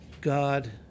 God